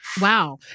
Wow